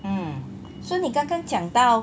hmm so 你刚刚讲到